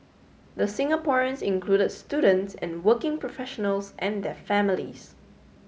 the Singaporeans included students and working professionals and their families